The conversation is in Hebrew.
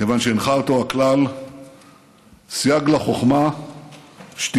כיוון שהנחה אותו הכלל "סייג לחוכמה שתיקה".